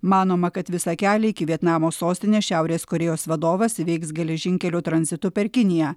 manoma kad visą kelią iki vietnamo sostinės šiaurės korėjos vadovas įveiks geležinkeliu tranzitu per kiniją